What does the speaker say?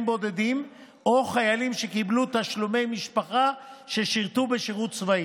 בודדים או חיילים שקיבלו תשלומי משפחה ששירתו בשירות צבאי,